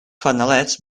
fanalets